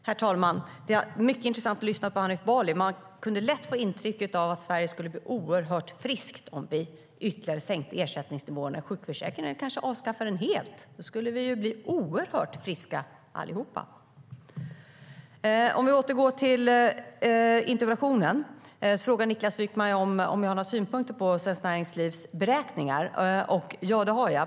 STYLEREF Kantrubrik \* MERGEFORMAT Svar på interpellationerFör att återgå till interpellationen: Niklas Wykman frågar om jag har några synpunkter på Svenskt Näringslivs beräkningar. Ja, det har jag.